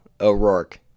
O'Rourke